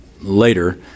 later